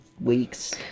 weeks